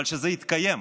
אבל שזה יתקיים,